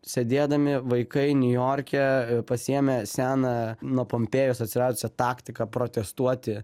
sėdėdami vaikai niujorke pasiėmė seną nuo pompėjos atsiradusią taktiką protestuoti